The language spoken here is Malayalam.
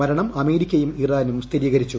മരണം അമേരിക്കയും ഇറാനും സ്ഥിരീകരിച്ചു